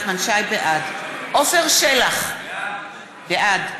בעד עפר שלח, בעד